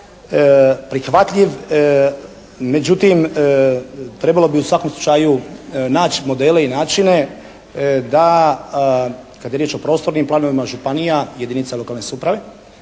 prihvatljiv, međutim trebalo bi u svakom slučaju naći modele i načine da kad je riječ o prostornim planovima županija, jedinica lokalne samouprave